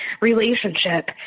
relationship